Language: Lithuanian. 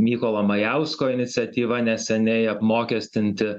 mykolo majausko iniciatyva neseniai apmokestinti